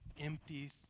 empty